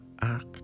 act